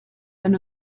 elles